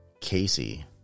Casey